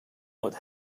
would